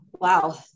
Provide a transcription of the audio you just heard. Wow